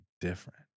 different